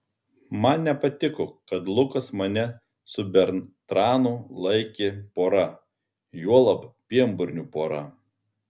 man nepatiko kad lukas mane su bertranu laikė pora juolab pienburnių pora